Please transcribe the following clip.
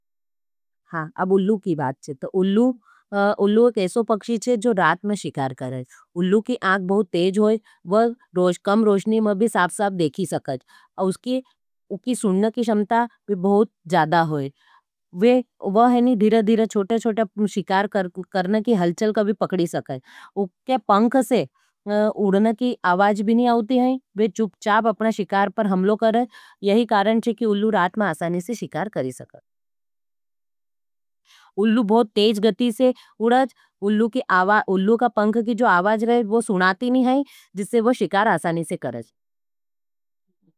हाँ, अब उल्लू की बात छे, उल्लू एसो पक्षी है जो रात में शिकार करें। उल्लू की आँख बहुत तेज होई वो कम रोशनी में भी साफ-साफ देखी सकज और उसकी सुनन की क्षमता भी बहुत ज़्यादा होई। वो धीरा-धीरा छोटे-छोटे शिकार करना की हलचल को भी पकड़ी सके। पंख से उड़ना की आवाज भी नहीं आउति, वे चुपचाप अपना शिकार पर हमलों करें यही कारण छे कि उल्लू रात में आसानी से शिकार करी सके। उल्लू बहुत तेज गती से उड़ज उल्लू का पंख की आवाज नहीं सुनाती है जिससे वो शिकार आसानी से करती छे।